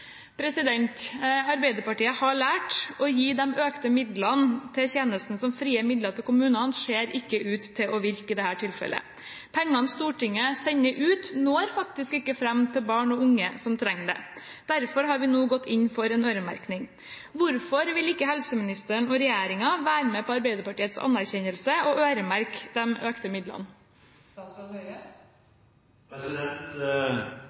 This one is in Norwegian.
Arbeiderpartiet har lært at det å gi de økte midlene til tjenesten som frie midler til kommunene ikke ser ut til å virke i dette tilfellet. Pengene Stortinget sender ut, når faktisk ikke fram til barn og unge som trenger det. Derfor har vi nå gått inn for en øremerking. Hvorfor vil ikke helseministeren og regjeringen være med på Arbeiderpartiets anerkjennelse og øremerke de økte midlene?